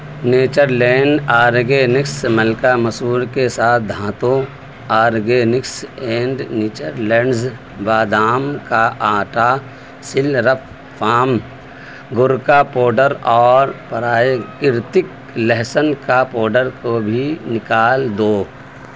nature land organics ملکا مسور کے ساتھ دھانتوں آرگینکس اینڈ نیچر لینڈز بادام کا آٹا سلرپ فام گڑ کا پوڈر اور پرائکرتک لہسن کا پوڈر کو بھی نکال دو